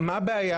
מה הבעיה?